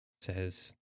says